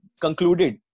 concluded